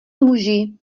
muži